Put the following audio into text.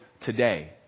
today